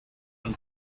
and